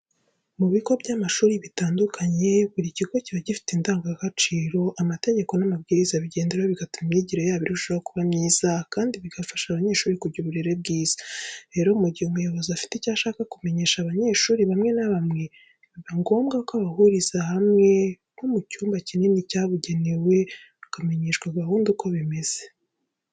Mu bigo by'amashuri bitandukanye buri kigo kiba gifite indangagaciro, amategeko n'amabwiriza bagenderaho bigatuma imyigire yabo irushaho kuba myiza kandi bigafasha abanyeshuri kugira uburere bwiza, rero mu gihe umuyobozi afite icyo ashaka kumenyesha abanyeshuri bamwe na bamwe biba ngombwa ko abahuriza ahantu hamwe nko mu cyumba kinini cyabigenewe bakabamenyesha gahunda uko zimeze.